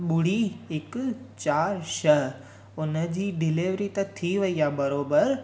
ॿुड़ी इकु चार छह हुन जी डिलेवरी त थी वई आहे बरोबरु